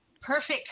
perfect